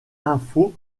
info